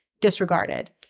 disregarded